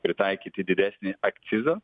pritaikyti didesnį akcizą